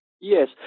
yes